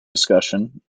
discussion